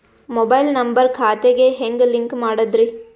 Mobile number ಖಾತೆ ಗೆ ಹೆಂಗ್ ಲಿಂಕ್ ಮಾಡದ್ರಿ?